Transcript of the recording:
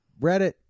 Reddit